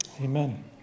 Amen